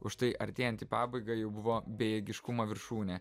užtai artėjant į pabaigą jau buvo bejėgiškumo viršūnė